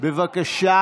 בבקשה